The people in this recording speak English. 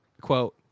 quote